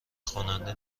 کننده